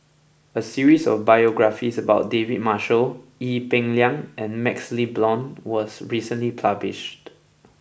a series of biographies about David Marshall Ee Peng Liang and Maxle Blond was recently published